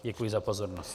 Děkuji za pozornost.